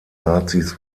nazis